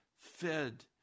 fed